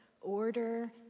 order